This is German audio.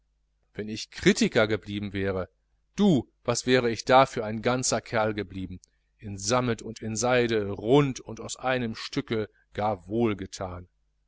wenn ich kritiker geblieben wäre du was wäre ich da für ein ganzer kerl geblieben in samet und in seide rund und aus einem stücke gar